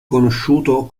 conosciuto